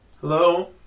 Hello